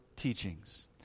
teachings